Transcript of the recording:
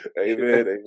Amen